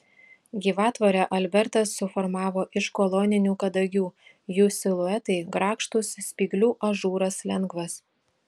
gyvatvorę albertas suformavo iš koloninių kadagių jų siluetai grakštūs spyglių ažūras lengvas